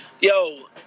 Yo